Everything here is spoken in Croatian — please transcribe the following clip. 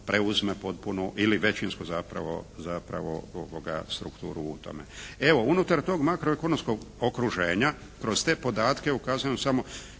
preuzme potpuno ili većinsko zapravo strukturu u tome. Evo, unutar tog makroekonomskog okruženja kroz te podatke ukazujem samo.